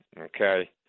Okay